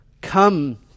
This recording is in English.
come